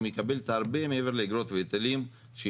היא מקבלת הרבה מעבר לאגרות והיטלים שהיא